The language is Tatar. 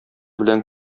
белән